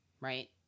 Right